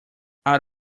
out